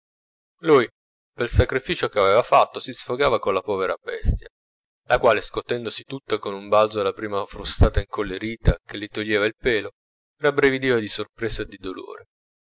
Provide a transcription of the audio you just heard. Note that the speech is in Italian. pel sacrificio che aveva fatto si sfogava con la povera bestia la quale scotendosi tutta con un balzo alla prima frustata incollerita che le toglieva il pelo rabbrividiva di sorpresa e di dolore